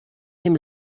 him